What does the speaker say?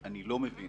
אני לא מבין.